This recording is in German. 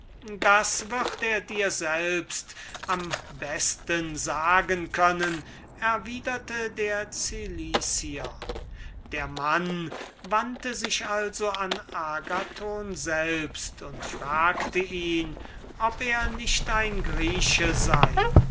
das wird er dir selbst am besten sagen können erwiderte der cilicier der mann wandte sich also an den agathon selbst und fragte ihn ob er nicht ein grieche sei